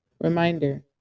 Reminder